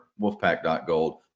Wolfpack.gold